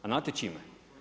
A znate čime?